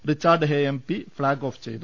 Richard Hay MP flag off ചെയ്തു